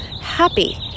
happy